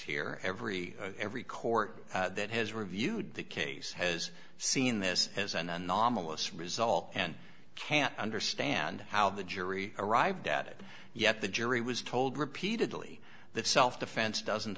here every every court that has reviewed the case has seen this as an anomalous result and can't understand how the jury arrived at it yet the jury was told repeatedly that self defense doesn't